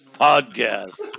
podcast